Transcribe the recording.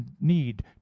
need